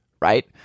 right